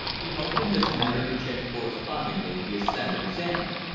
he hoped in this manner to check correspondingly the ascent of his end.